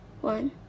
One